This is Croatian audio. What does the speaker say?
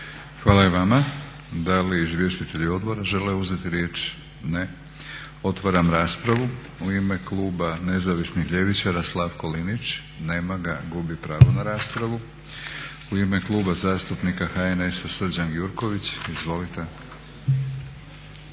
Hvala i vama. Da li izvjestitelji odbora žele uzeti riječ? Ne. Otvaram raspravu. U ime Kluba nezavisnih ljevičara Slavko Linić. Nema ga. Gubi pravo na raspravu. U ime Kluba zastupnika HNS-a Srđan Gjurković. Izvolite.